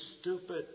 stupid